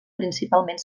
principalment